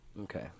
Okay